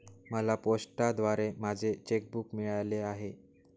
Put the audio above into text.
मला पोस्टाद्वारे माझे चेक बूक मिळाले आहे